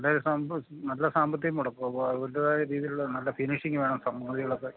നല്ല സാമ്പത്തികം മുടക്കും അപ്പോള് അവരുടേതായ രീതിയിലുള്ള നല്ല ഫിനിഷിങ് വേണം